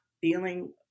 feeling